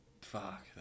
Fuck